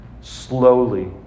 slowly